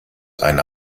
eine